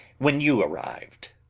when you arrived.